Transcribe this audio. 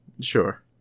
Sure